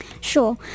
Sure